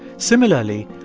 similarly,